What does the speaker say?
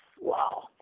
wow